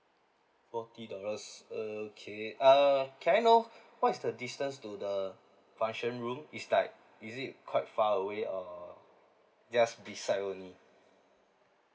forty dollars okay uh can I know what is the distance to the function room it's like is it quite far away or just beside only